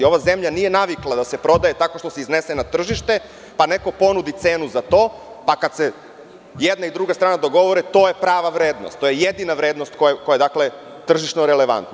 Ova zemlja nije navikla da se prodaje tako što se iznese na tržište, pa neko ponudi cenu za to, pa kad se jedna i druga strana dogovore, to je prava vrednost, to je jedina vrednost koja je tržišno relevantna.